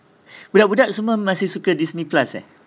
budak-budak semua masih suka Disney Plus eh